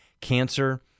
cancer